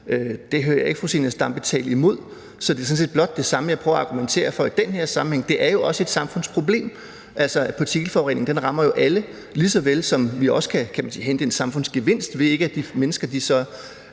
jeg hører ikke fru Zenia Stampe tale imod det. Så det er sådan set blot det samme, jeg prøver at argumentere for i den her sammenhæng. Det er jo også et samfundsproblem, for partikelforureningen rammer jo alle, ligeså vel som vi også kan hente en samfundsgevinst, ved at de mennesker i yderste